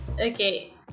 Okay